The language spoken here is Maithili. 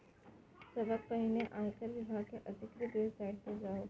सबसं पहिने आयकर विभाग के अधिकृत वेबसाइट पर जाउ